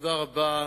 תודה רבה.